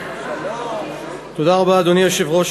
אדוני היושב-ראש,